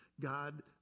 God